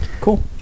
Cool